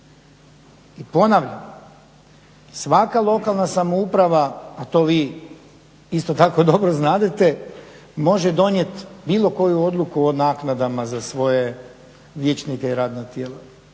I ponavljam, svaka lokalna samouprava a to vi isto tako dobro znadete može donijeti bilo koju odluku o naknadama za svoje vijećnike i radna tijela.